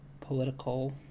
political